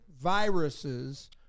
viruses